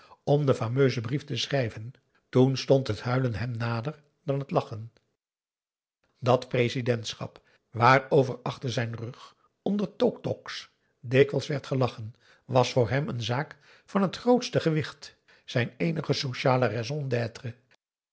om den fameusen brief te schrijven toen stond t huilen hem nader dan het lachen dat presidentschap waarover achter zijn rug onder totoks dikwijls werd gelachen was voor hem een zaak van t grootste gewicht zijn eenige sociale